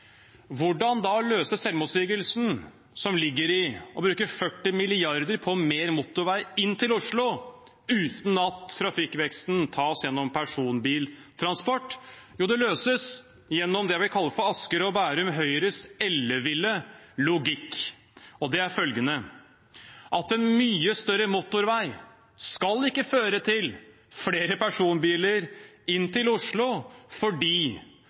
Hvordan da løse selvmotsigelsen som ligger i å bruke 40 mrd. kr på mer motorvei inn til Oslo, uten at trafikkveksten tas gjennom personbiltransport? Jo, det løses gjennom det vi kaller for Asker Høyres og Bærum Høyres elleville logikk, og det er følgende: En mye større motorvei skal ikke føre til flere personbiler inn til Oslo fordi